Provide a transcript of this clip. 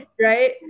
right